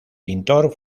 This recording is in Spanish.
pintor